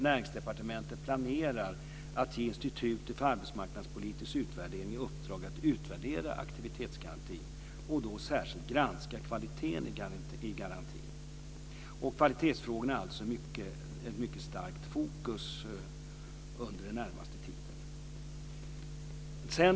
Näringsdepartementet planerar att ge Institutet för arbetsmarknadspolitisk utvärdering i uppdrag att utvärdera aktivitetsgarantin och då särskilt granska kvaliteten i garantin. Det är alltså ett mycket starkt fokus på kvalitetsfrågorna under den närmaste tiden.